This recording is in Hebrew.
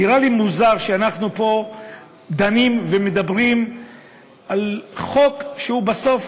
נראה לי מוזר שאנחנו פה דנים ומדברים על חוק שבסוף